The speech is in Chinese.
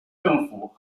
政府